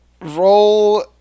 Roll